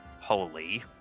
holy